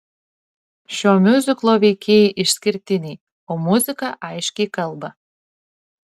šio miuziklo veikėjai išskirtiniai o muzika aiškiai kalba